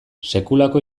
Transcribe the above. sekulako